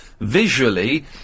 visually